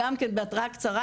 גם כן בהתראה קצרה